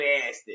bastard